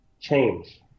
change